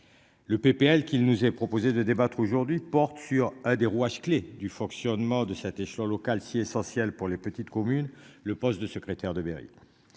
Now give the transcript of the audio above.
Le PPL qui nous est proposé de débattre aujourd'hui porte sur un des rouages clés du fonctionnement de cet échelon local si essentielle pour les petites communes. Le poste de secrétaire de mairie.